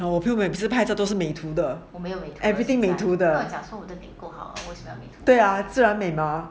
我朋友每次拍照都是美图的 everything 美图的对啊自然美啊